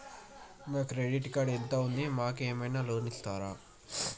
మా credit score ఎంత ఉంది? మాకు ఏమైనా లోన్స్ వస్తయా?